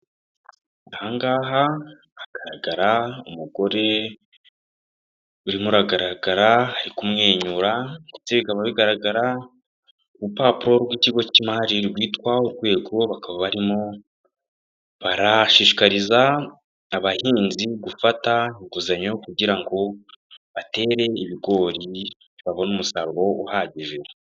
Ahangaha hagaragara umugore urimo uragaragara ari kumwenyura ndetse ikaba bigaragara urupapuro r'ikigo cy'imari rwitwa urwego. bakaba barimo barashishikariza abahinzi gufata inguzanyo kugira ngo batere ibigori babone umusaruro uhagije.